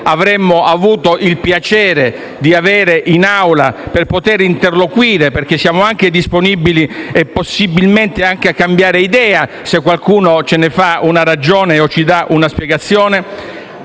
avremmo avuto il piacere di avere in Aula per poter interloquire, perché siamo anche disponibili, possibilmente, a cambiare idea se qualcuno ce ne dà una ragione o ci dà una spiegazione)